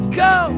go